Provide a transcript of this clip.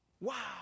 Wow